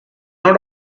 not